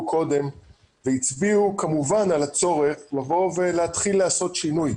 קודם והצביעו כמובן על הצורך לבוא ולהתחיל לעשות שינוי.